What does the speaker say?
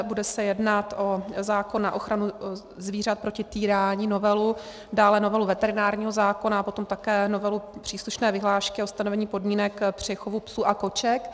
Bude se jednat o novelu zákona na ochranu zvířat proti týrání, dále novelu veterinárního zákona a potom také novelu příslušné vyhlášky o stanovení podmínek při chovu psů a koček.